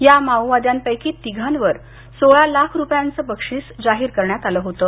या माओवाद्यांपैकी तिघांवर सोळा लाख रुपयांचं बक्षीस जाहीर करण्यात आल होतं